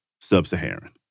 sub-Saharan